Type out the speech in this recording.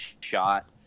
shot